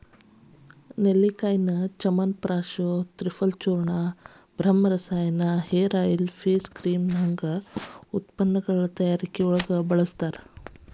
ನೆಲ್ಲಿಕಾಯಿಯನ್ನ ಚ್ಯವನಪ್ರಾಶ ತ್ರಿಫಲಚೂರ್ಣ, ಬ್ರಹ್ಮರಸಾಯನ, hair oil, face cream ನಂತ ಉತ್ಪನ್ನಗಳ ತಯಾರಿಕೆಗೆ ಬಳಸ್ತಾರ